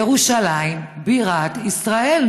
ירושלים בירת ישראל.